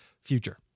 future